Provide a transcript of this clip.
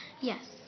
Yes